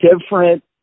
different